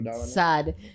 sad